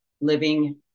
living